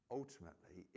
ultimately